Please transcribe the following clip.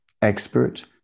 Expert